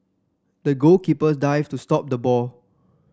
the goalkeeper dived to stop the ball